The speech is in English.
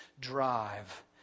drive